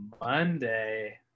Monday